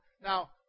Now